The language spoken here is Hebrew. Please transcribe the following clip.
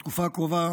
בתקופה הקרובה